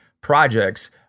projects